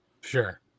Sure